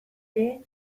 ere